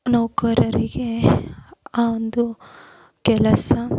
ನೌಕರರಿಗೆ ಆ ಒಂದು ಕೆಲಸ